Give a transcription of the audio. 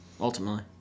ultimately